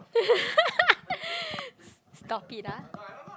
stop it ah